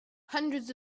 hundreds